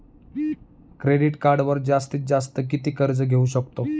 Credit कार्डवर जास्तीत जास्त किती कर्ज घेऊ शकतो?